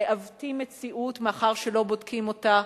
מעוותים מציאות מאחר שלא בודקים אותה,